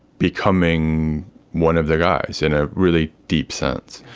becoming one of the guys in a really deep sense.